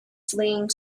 fleeing